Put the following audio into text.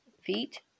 feet